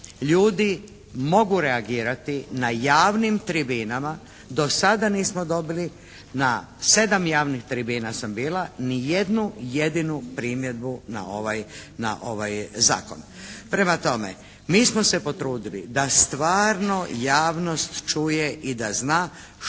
ljudi mogu reagirati na javnim tribinama. Do sada nismo dobili, na sedam javnih tribina sam bila ni jednu jedinu primjedbu na ovaj zakon. Prema tome, mi smo se potrudili da stvarno javnost čuje i da zna što mi